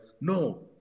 no